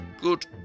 good